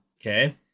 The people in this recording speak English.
Okay